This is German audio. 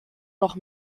noch